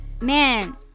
man